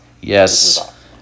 Yes